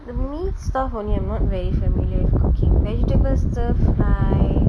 for me stuff only I'm not very familiar with cooking vegetable stuff I